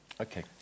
Okay